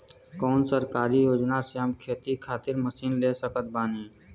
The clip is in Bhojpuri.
कौन सरकारी योजना से हम खेती खातिर मशीन ले सकत बानी?